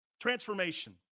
Transformation